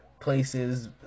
places